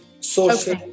social